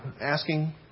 asking